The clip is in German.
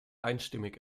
einstimmig